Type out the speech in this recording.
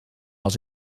als